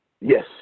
Yes